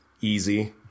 easy